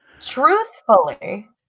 truthfully